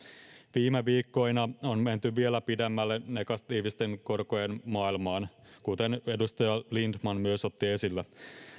viime viikkoina on menty vielä pidemmälle negatiivisten korkojen maailmaan kuten edustaja lindtman myös otti esille